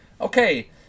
Okay